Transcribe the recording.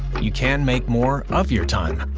you can make more of your time.